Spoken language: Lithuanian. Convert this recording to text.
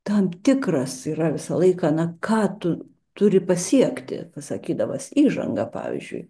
tam tikras yra visą laiką na ką tu turi pasiekti pasakydamas įžangą pavyzdžiui